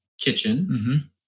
kitchen